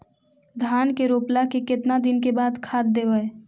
धान के रोपला के केतना दिन के बाद खाद देबै?